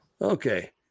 Okay